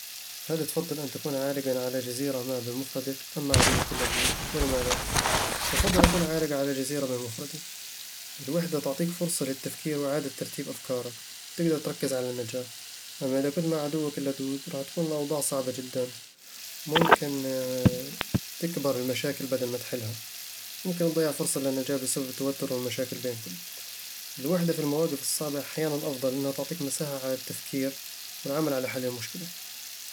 هل تفضل أن تكون عالقًا على جزيرة ما بمفردك أم مع عدوك اللدود؟ ولماذا؟ بفضل أكون عالقًا على جزيرة بمفردي. الوحدة تعطيك فرصة للتفكير وإعادة ترتيب أفكارك، وتقدر تركز على النجاة. أما إذا كنت مع عدوك، راح تكون الأوضاع صعبة جدًا، وممكن تكبر المشاكل بدل ما تحلها، وممكن تضيع فرصة للنجاة بسبب التوتر والمشاكل بينكم الوحدة في المواقف الصعبة أحيانًا أفضل لأنها تعطيك مساحة على تفكير والعمل على حل المشكلة